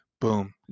Boom